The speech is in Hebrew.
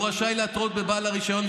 הוא רשאי להתרות בבעל לרישיון,